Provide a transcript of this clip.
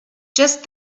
just